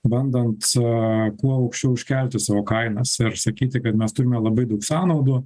bandant kuo aukščiau užkelti savo kainas ir sakyti kad mes turime labai daug sąnaudų